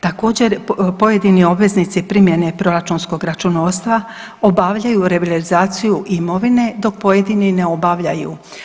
Također, pojedini obveznici primjene proračunskog računovodstva obavljaju revalorizaciju imovine dok pojedini ne obavljaju.